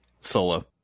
Solo